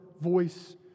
voice